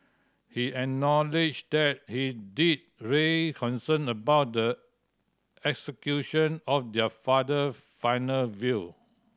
he acknowledged that he did raise concern about the execution of their father final will